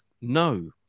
No